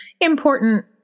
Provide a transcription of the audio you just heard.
important